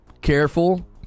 careful